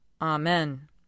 Amen